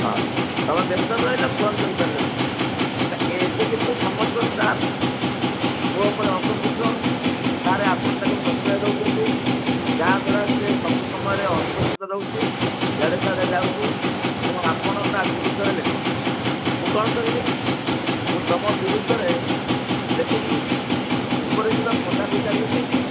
ହଁ ତୁମେ ବ୍ୟସ୍ତରେ ରହିଲ ଫୋନ୍ କରିପାରିଲନି ଏଠି କିନ୍ତୁ ସମସ୍ତ ଷ୍ଟାଫ୍ ମୋ ଉପରେ ଅସନ୍ତୁଷ୍ଟ ସାର୍ ଆପଣ ତାକୁ ପ୍ରଶ୍ରୟ ଦେଉଛନ୍ତି ଯାହା ଦ୍ଵାରା ସେ ସବୁ ସମୟରେ ଅନୁପସ୍ଥିତ ରହୁଛି ଇଆଡ଼େ ସିଆଡ଼େ ଯାଉଛି ତେଣୁ ଆପଣ ତା' ବିରୁଦ୍ଧରେ ଲେଖନ୍ତୁ ମୁଁ କ'ଣ କରିବି ମୁଁ ତୁମ ବିରୁଦ୍ଧରେ ଲେଖିକି ଉପରିସ୍ଥ ପାଦାଧିକାରୀଙ୍କୁ ଦେଇଦେଇଛି